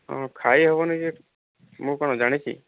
ହଁ ଖାଇ ହେବନି ଯେ ମୁଁ କଣ ଜାଣିଛି